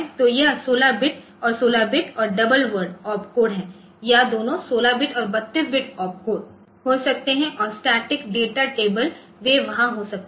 तो यह 16 बिट और 16 बिट और डबल वर्ड ओपकोड है या दोनों 16 बिट और 32 बिट ओपकोड हो सकते हैं और स्टैटिक डेटा टेबल वे वहां हो सकते हैं